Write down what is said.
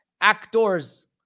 actors